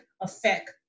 affect